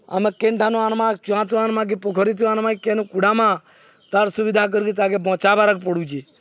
ଆମେ କେନ୍ ଠାନୁ ଆନ୍ମା ଚୁଆଁତୁ ଆନ୍ମା କି ପୋଖରୀଥୁ ଆନ୍ମା କି କେନୁ କୁଡ଼ାମା ତାର୍ ସୁବିଧା କରିକି ତାହାକେ ବଞ୍ଚାବାର୍କେ ପଡ଼ୁଛେ